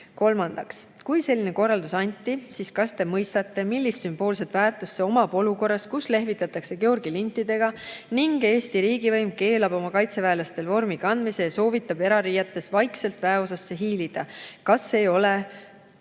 anda."Kolmandaks: kui selline korraldus anti, siis kas te mõistate, millist sümboolset väärtust see omab olukorras, kus lehvitatakse Georgi lintidega ning Eesti riigivõim keelab oma kaitseväelastel vormi kandmise ja soovitab erariietes vaikselt väeosasse hiilida? Kas see ei ole